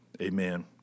amen